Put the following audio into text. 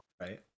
right